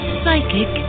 psychic